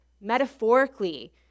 Metaphorically